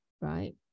right